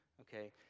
okay